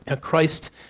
Christ